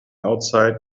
outside